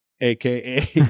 aka